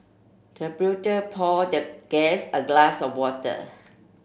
the butler poured the guest a glass of water